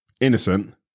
innocent